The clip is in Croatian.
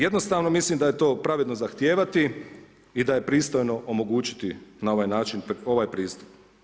Jednostavno mislim da je to pravedno zahtijevati i da je pristojno omogućiti na ovaj način ovaj pristup.